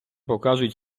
покажуть